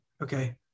Okay